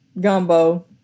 gumbo